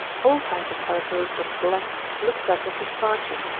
all kinds of calicoes but black, look better for starching,